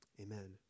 Amen